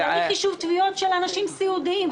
יישוב תביעות של אנשים סיעודיים.